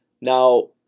now